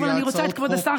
אבל אני רוצה את כבוד השר,